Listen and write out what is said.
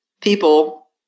People